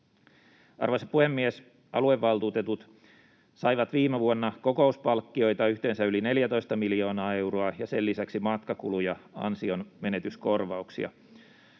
Arvoisa puhemies! Aluevaltuutetut saivat viime vuonna kokouspalkkioita yhteensä yli 14 miljoonaa euroa, ja sen lisäksi oli matkakuluja ja ansionmenetyskorvauksia.